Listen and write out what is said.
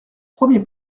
premier